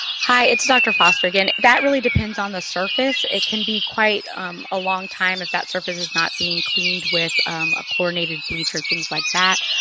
hi, it's dr. foster again. that really depends on the surface. it can be quite um a long time if that surface is not being cleaned with a chlorinated bleach or things like that.